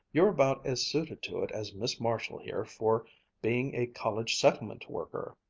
you're about as suited to it as miss marshall here for being a college settlement worker!